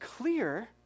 clear